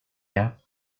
app